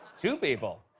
two people?